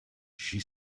she